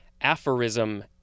aphorism